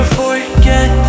forget